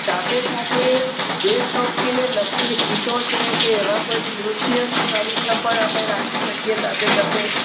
સાથે સાથે દેશભક્તિને લગતું ગીતો છે કે એવા કોઈ નૃત્યનું કાર્યક્રમ પણ આપણે રાખી શકીએ સાથે સાથે